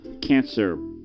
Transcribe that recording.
Cancer